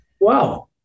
Wow